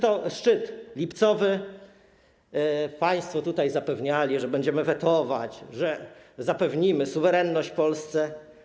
Tak: szczyt lipcowy - państwo zapewniali, że będziemy wetować, że zapewnimy suwerenność Polsce.